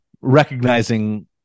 recognizing